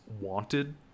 wanted